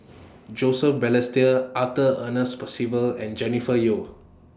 Joseph Balestier Arthur Ernest Percival and Jennifer Yeo